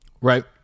right